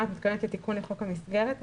את מתכוונת לתיקון לחוק המסגרת?